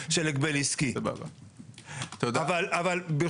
אין שום סיבה שתהיה הבחנה בין עסק קטן לגדול.